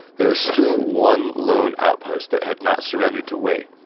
there was still one lone outpost that had not surrendered to wei.